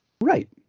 right